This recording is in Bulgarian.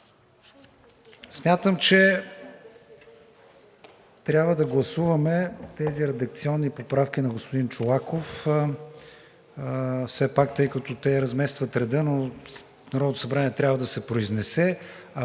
Смятам, че все пак трябва да гласуваме тези редакционни поправки на господин Чолаков, тъй като те разместват реда, но Народното събрание трябва да се произнесе,